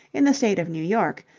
in the state of new york,